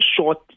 short